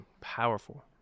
Powerful